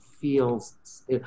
feels